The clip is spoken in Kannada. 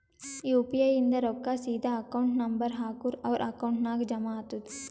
ಯು ಪಿ ಐ ಇಂದ್ ರೊಕ್ಕಾ ಸೀದಾ ಅಕೌಂಟ್ ನಂಬರ್ ಹಾಕೂರ್ ಅವ್ರ ಅಕೌಂಟ್ ನಾಗ್ ಜಮಾ ಆತುದ್